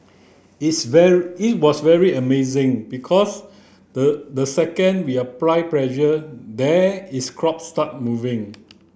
its very it was very amazing because the the second we applied pressure there is crop started moving